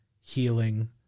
healing